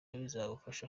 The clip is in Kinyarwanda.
bizamfasha